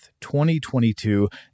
2022